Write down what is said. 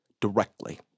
directly